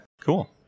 cool